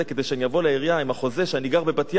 שאני אבוא לעירייה עם החוזה שאני גר בבת-ים.